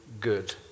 good